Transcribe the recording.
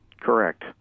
Correct